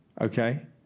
Okay